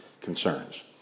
concerns